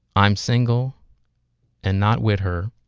i'm single and not with her,